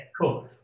cool